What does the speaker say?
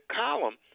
column